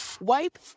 wipe